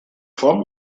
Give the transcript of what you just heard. form